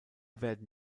werden